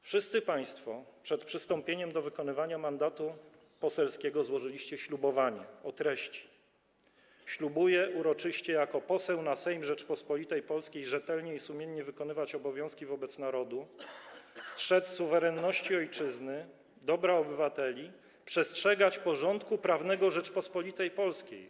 Wszyscy państwo przed przystąpieniem do wykonywania mandatu poselskiego złożyliście ślubowanie o treści: Ślubuję uroczyście jako poseł na Sejm Rzeczypospolitej Polskiej rzetelnie i sumiennie wykonywać obowiązki wobec narodu, strzec suwerenności ojczyzny, dobra obywateli, przestrzegać porządku prawnego Rzeczypospolitej Polskiej.